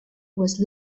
was